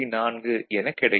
4 எனக் கிடைக்கும்